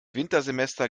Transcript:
wintersemester